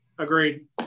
Agreed